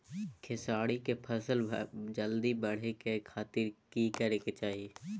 खेसारी के फसल जल्दी बड़े के खातिर की करे के चाही?